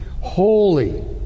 holy